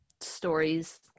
stories